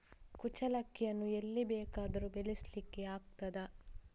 ಕುಚ್ಚಲಕ್ಕಿಯನ್ನು ಎಲ್ಲಿ ಬೇಕಾದರೂ ಬೆಳೆಸ್ಲಿಕ್ಕೆ ಆಗ್ತದ?